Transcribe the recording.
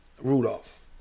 Rudolph